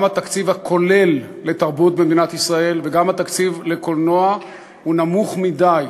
גם התקציב הכולל לתרבות במדינת ישראל וגם התקציב לקולנוע נמוכים מדי,